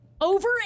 Over